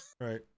right